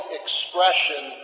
expression